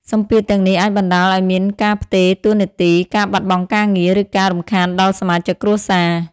សម្ពាធទាំងនេះអាចបណ្ដាលឲ្យមានការផ្ទេរតួនាទី ការបាត់បង់ការងារ ឬការរំខានដល់សមាជិកគ្រួសារ។